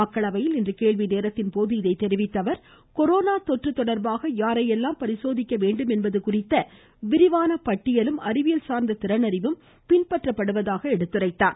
மக்களவையில் இன்று கேள்வி நேரத்தின் போது இதை தெரிவித்த அவர் கொரோனா தொற்று தொடர்பாக யாரை எல்லாம் பரிசோதிக்க வேண்டும் என்பது குறித்த விரிவான பட்டியலும் அறிவியல் சார்ந்த திறன்றிவும் பின்பற்றப்படுவதாக குறிப்பிட்டார்